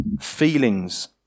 feelings